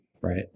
right